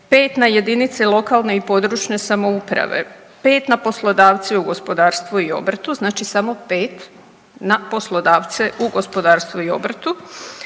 pet na jedinice lokalne i područne samouprave, pet na poslodavce u gospodarstvu i obrtu znači samo pet na poslodavce u gospodarstvu i obrtu,